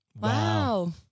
Wow